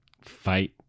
fight